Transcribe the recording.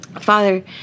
father